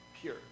pure